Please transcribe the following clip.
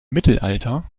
mittelalter